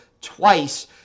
twice